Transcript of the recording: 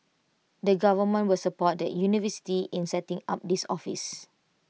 the government will support the universities in setting up this office